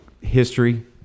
history